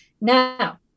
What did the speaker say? now